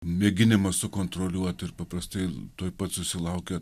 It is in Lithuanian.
mėginimas sukontroliuoti ir paprastai tuoj pat susilaukia